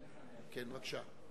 בבקשה.